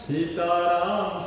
Sitaram